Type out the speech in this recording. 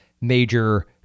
major